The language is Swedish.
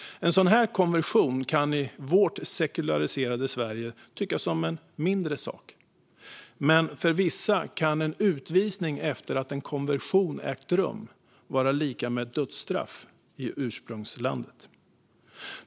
En sådan konversion kan i vårt sekulariserade Sverige tyckas som en mindre sak, men för vissa kan en utvisning efter att en konversion ägt rum vara lika med dödsstraff i ursprungslandet.